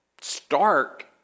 stark